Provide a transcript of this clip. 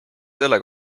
selle